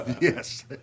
Yes